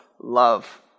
Love